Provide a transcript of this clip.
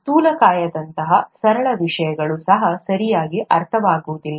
ಸ್ಥೂಲಕಾಯತೆಯಂತಹ ಸರಳ ವಿಷಯಗಳು ಸಹ ಸರಿಯಾಗಿ ಅರ್ಥವಾಗುವುದಿಲ್ಲ